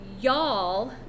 y'all